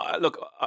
Look